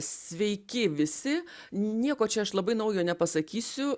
sveiki visi nieko čia aš labai naujo nepasakysiu